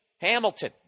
Hamilton